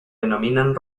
denominan